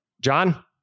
John